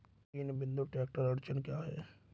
तीन बिंदु ट्रैक्टर अड़चन क्या है?